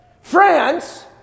France